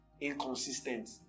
inconsistent